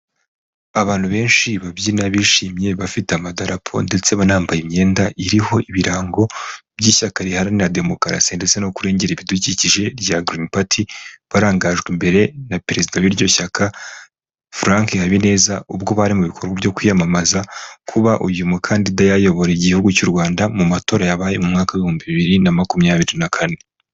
Abantu benshi babyina, bishimye, bafite amadarapo ndetse banambaye imyenda iriho ibirango by'ishyaka riharanira demokarasi ndetse no kurengera ibidukikije rya Girini pati, barangajwe imbere na perezida w'iryo shyaka Frank Habineza, ubwo bari mu bikorwa byo kwiyamamaza, kuba uyu mukandida yayobora igihugu cy'u Rwanda, mu matora yabaye mu mwaka w'ibihumbi bibiri na makumyabiri na kane.